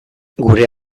gure